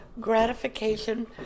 gratification